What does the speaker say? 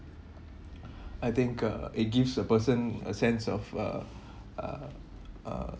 I think uh it gives a person a sense of uh uh uh